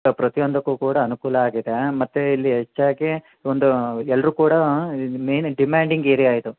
ಪ್ರತಿಯೊಂದಕ್ಕೂ ಕೂಡ ಅನುಕೂಲ ಆಗಿದೆ ಮತ್ತೆ ಇಲ್ಲಿ ಹೆಚ್ಚಾಗಿ ಒಂದು ಎಲ್ಲರೂ ಕೂಡ ಮೈನ್ ಡಿಮ್ಯಾಂಡಿಂಗ್ ಏರಿಯಾ ಇದು